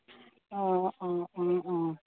অঁ অঁ অঁ অঁ